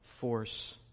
force